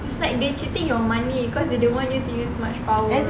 it's like they cheating your money cause they don't want use much power